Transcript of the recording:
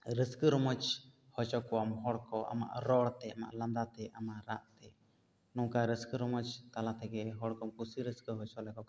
ᱨᱟᱹᱥᱠᱟᱹ ᱨᱚᱢᱚᱡᱽ ᱦᱚᱪᱚ ᱠᱚᱣᱟᱢ ᱟᱢᱟᱜ ᱨᱚᱲ ᱛᱮ ᱟᱢᱟᱜ ᱞᱟᱸᱫᱟ ᱛᱮ ᱟᱢᱟᱜ ᱨᱟᱜ ᱛᱮ ᱱᱚᱝᱠᱟ ᱨᱟᱹᱥᱠᱟᱹ ᱨᱚᱢᱚᱡᱽ ᱛᱟᱞᱟ ᱛᱮᱜᱮ ᱦᱚᱲ ᱠᱚᱢ ᱠᱩᱥᱤ ᱨᱟᱹᱥᱠᱟᱹ ᱦᱚᱪᱚ ᱞᱮᱠᱚ ᱠᱷᱟᱱ